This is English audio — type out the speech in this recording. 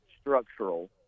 structural